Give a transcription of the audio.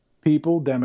people